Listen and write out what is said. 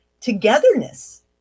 togetherness